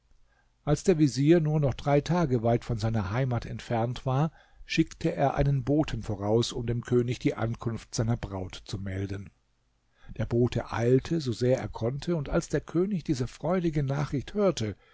als der vezier nur noch drei tage weit von seiner heimat entfernt war schickte er einen boten voraus um dem könig die ankunft seiner braut zu melden der bote eilte so sehr er konnte und als der könig diese freudige nachricht hörte